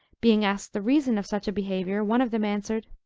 being asked the reason of such a behavior, one of them answered,